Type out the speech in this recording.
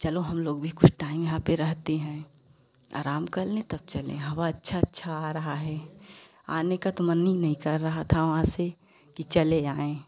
चलो हम लोग भी कुछ टाइम यहाँ पे रहते हैं आराम कर लें तब चले हवा अच्छा अच्छा आ रहा है आने का तो मन ही नहीं कर रहा था वहाँ से कि चले आएं